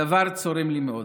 הדבר צורם לי מאוד.